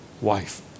wife